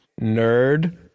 nerd